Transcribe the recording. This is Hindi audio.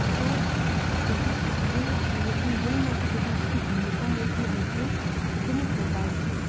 तो यह यह यह यह मध्य प्रदेश की भिन्नता है कि यहाँ पे इतनी प्रकार की